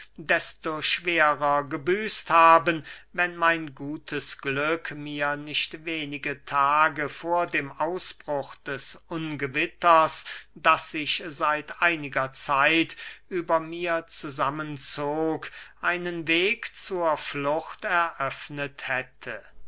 desto schwerer gebüßt haben wenn mein gutes glück mir nicht wenige tage vor dem ausbruch des ungewitters das sich seit einiger zeit über mir zusammen zog einen weg zur flucht eröffnet hätte